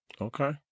Okay